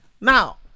now